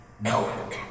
No